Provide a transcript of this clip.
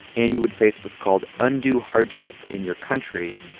and you would face what's called undue hardship in your country,